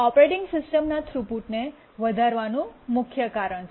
operating સિસ્ટમના થ્રુપુટને વધારવાનું મુખ્ય કારણ છે